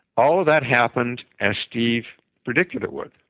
all of that happened as steve predicted it would.